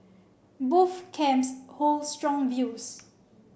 both camps hold strong views